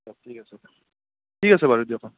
ঠিক আছে ঠিক আছে বাৰু দিয়ক অঁ